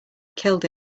killed